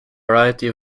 variety